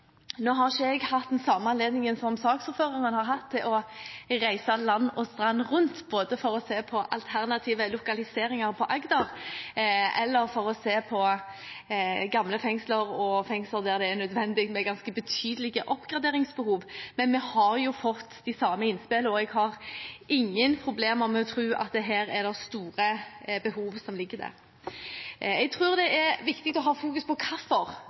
Nå har ikke jeg hatt den samme anledningen som saksordføreren har hatt, til å reise land og strand rundt for å se på alternative lokaliseringer på Agder eller for å se på gamle fengsler og fengsler der det er nødvendig med ganske betydelig oppgradering, men vi har jo fått de samme innspill, og jeg har ingen problemer med å tro at det er store behov som ligger der. Jeg tror det er viktig å ha fokus på hvorfor